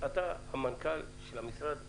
אתה המנכ"ל של המשרד המבצע,